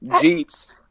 jeeps